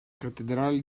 cattedrale